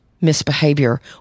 misbehavior